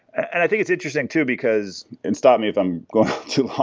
i think it's interesting too because and stop me if i'm going too